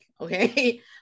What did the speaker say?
Okay